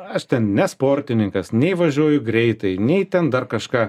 aš ten ne sportininkas nei važiuoju greitai nei ten dar kažką